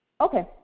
Okay